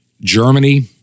Germany